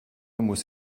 muss